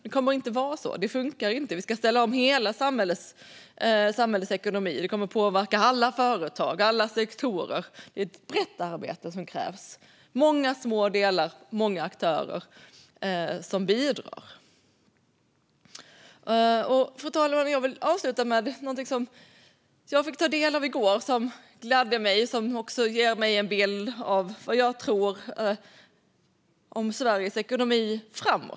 Det kommer inte att vara så. Det funkar inte. Vi ska ställa om hela samhällets ekonomi, och det kommer att påverka alla företag och alla sektorer. Det är ett brett arbete som krävs, med många små delar och många aktörer som bidrar. Fru talman! Jag vill avsluta med någonting som jag fick ta del av i går och som gladde mig och ger mig en bild av vad jag tror om Sveriges ekonomi framåt.